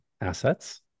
assets